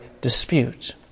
dispute